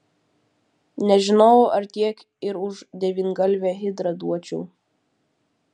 nežinau ar tiek ir už devyngalvę hidrą duočiau